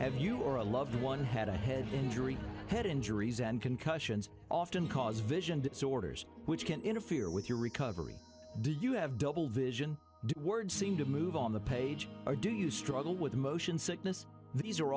ever you or a loved one had a head injury head injuries and concussions often cause vision disorders which can interfere with your recovery do you have double vision words seem to move on the page or do you struggle with motion sickness these are